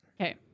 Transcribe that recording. Okay